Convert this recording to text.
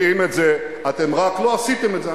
אתם יודעים את זה, אתם רק לא עשיתם את זה.